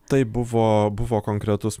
taip buvo buvo konkretus